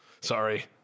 Sorry